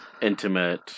intimate